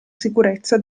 sicurezza